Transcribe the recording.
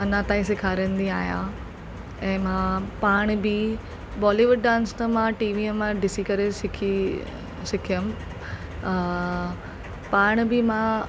अञां ताईं सेखारींदी आहियां ऐं मां पाण बि बॉलीवुड डांस त मां टीवीअ मां ॾिसी करे सिखी सिखियमि पाण बि मां